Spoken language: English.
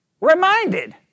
reminded